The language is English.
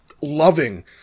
loving